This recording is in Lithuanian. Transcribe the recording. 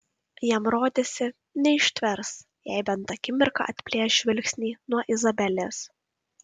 jam rodėsi neištvers jei bent akimirką atplėš žvilgsnį nuo izabelės